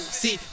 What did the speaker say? see